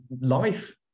life